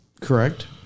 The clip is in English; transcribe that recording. Correct